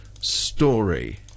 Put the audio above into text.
story